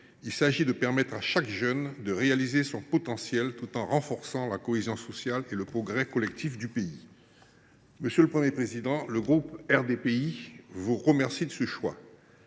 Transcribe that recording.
ces politiques permettent à chaque jeune de réaliser son potentiel tout en renforçant la cohésion sociale et le progrès collectif. » Monsieur le Premier président, le groupe RDPI vous remercie d’avoir choisi